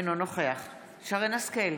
אינו נוכח שרן מרים השכל,